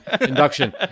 induction